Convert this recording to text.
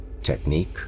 Technique